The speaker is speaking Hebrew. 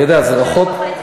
אני יודע, זה רחוק.